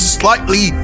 slightly